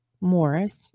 Morris